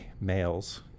males